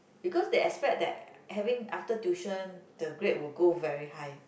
because they expect that having after tuition the grade will go very high